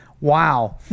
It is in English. Wow